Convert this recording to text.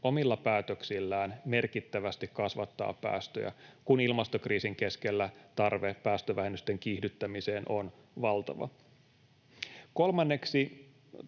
omilla päätöksillään merkittävästi kasvattaa päästöjä, kun ilmastokriisin keskellä tarve päästövähennysten kiihdyttämiseen on valtava. Kolmanneksi